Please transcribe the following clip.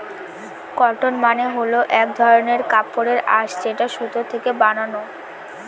cotton মানে হল এক ধরনের কাপড়ের আঁশ যেটা সুতো থেকে বানানো